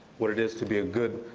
what it is to be a good,